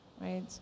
Right